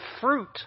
fruit